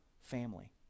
family